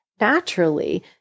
naturally